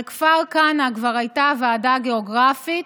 על כפר כנא כבר הייתה ועדה גיאוגרפית